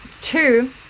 two